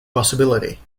possibility